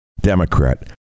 democrat